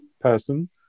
person